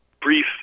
brief